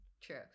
True